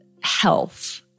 health